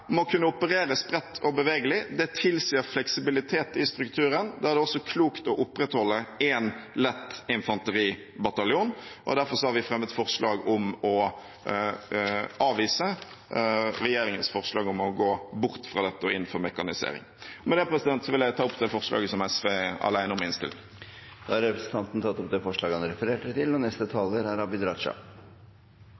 må kunne opereres bredt og bevegelig. Det tilsier fleksibilitet i strukturen, og da er det også klokt å opprettholde en lett infanteribataljon. Derfor har vi fremmet forslag om å avvise regjeringens forslag om å gå bort fra dette og inn for mekanisering. Med dette vil jeg ta opp det forslaget som SV er alene om i innstillingen. Representanten Lysbakken har tatt opp det forslaget han refererte til. En stats hovedoppgave er borgernes sikkerhet og